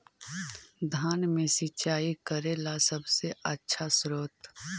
धान मे सिंचाई करे ला सबसे आछा स्त्रोत्र?